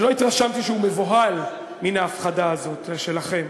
מבוהל מן ההפחדה הזו שלכם.